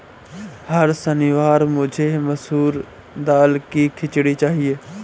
हर शनिवार मुझे मसूर दाल की खिचड़ी चाहिए